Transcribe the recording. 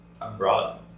abroad